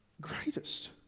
greatest